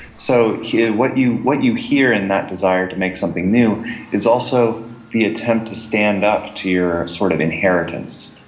so what you what you hear in that desire to make something new is also the attempt to stand up to your sort of inheritance,